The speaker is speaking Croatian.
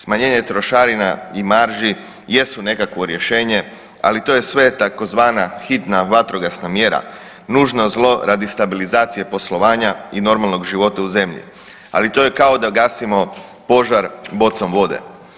Smanjenje trošarina i marži jesu nekakvo rješenje, ali to je sve tzv. hitna vatrogasna mjera, nužno zlo radi stabilizacije poslovanja i normalnog života u zemlji, ali to je kao da gasimo požar bocom vode.